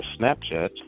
Snapchat